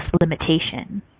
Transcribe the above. limitation